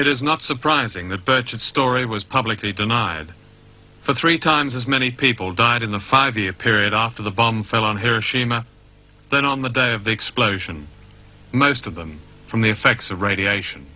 it is not surprising that burchett story was publicly denied for three times as many people died in the five year period after the bomb fell on hiroshima then on the day of the explosion most of them from the effects of radiation